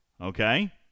okay